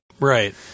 Right